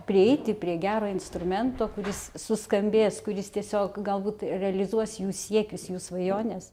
prieiti prie gero instrumento kuris suskambės kuris tiesiog galbūt realizuos jų siekius jų svajones